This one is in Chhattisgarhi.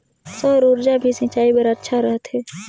सौर ऊर्जा भी सिंचाई बर अच्छा रहथे?